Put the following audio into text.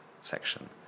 section